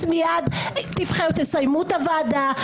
שתסיימו את הוועדה,